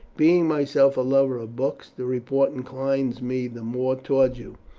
being myself a lover of books, the report inclines me the more toward you.